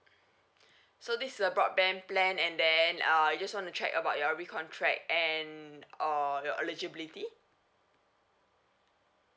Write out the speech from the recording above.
so this is a broadband plan and then uh just want to check about your recontract and or your eligibility